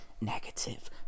Negative